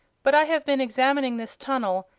but i have been examining this tunnel,